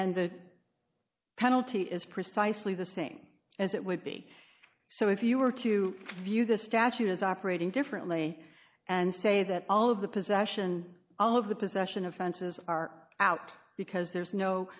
penalty is precisely the same as it would be so if you were to view the statute as operating differently and say that all of the possession all of the possession offenses are out because there's no